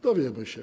Dowiemy się.